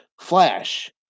Flash